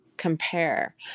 compare